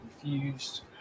confused